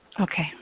Okay